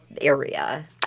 Area